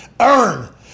earn